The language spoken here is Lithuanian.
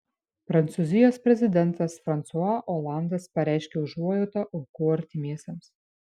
prancūzijos prezidentas fransua olandas pareiškė užuojautą aukų artimiesiems